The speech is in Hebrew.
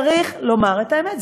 צריך לומר את האמת,